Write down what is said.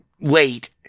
late